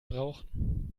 brauchen